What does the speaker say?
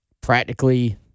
practically –